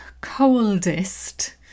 coldest